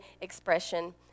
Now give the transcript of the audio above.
expression